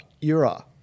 era